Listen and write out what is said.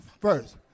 first